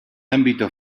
ámbito